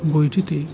বইটিতে